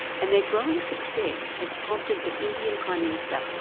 and their growing success has prompted the indian prime minister,